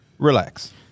Relax